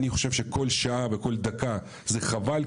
אני חושב שכל שעה וכל דקה זה חבל,